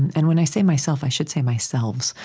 and when i say myself, i should say my selves,